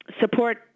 support